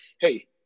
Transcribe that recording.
hey